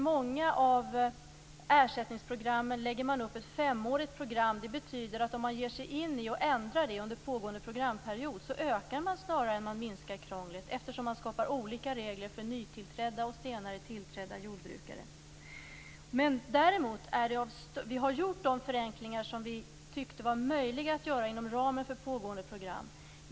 Många av ersättningsprogrammen läggs upp som femåriga program. Om ett sådant program ändras under en pågående programperiod ökar snarare än minskar krånglet eftersom man skapar olika regler för nytillträdda och senare tillträdda jordbrukare. Vi har gjort de förenklingar vi tyckte var möjliga att göra inom ramen för pågående program.